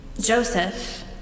Joseph